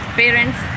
parents